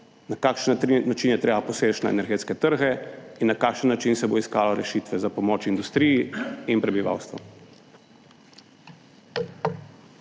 na kakšen način je treba poseči na energetske trge in na kakšen način se bo iskalo rešitve za pomoč industriji in prebivalstvu.